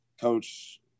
coach